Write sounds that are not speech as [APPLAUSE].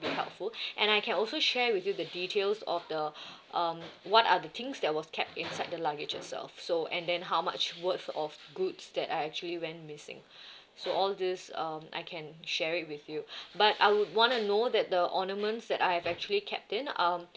be helpful [BREATH] and I can also share with you the details of the [BREATH] um what are the things that was kept inside the luggage itself so and then how much worth of goods that uh actually went missing so all this um I can share with you but I would wanna know that the ornaments that I've actually kept in um